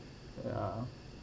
ya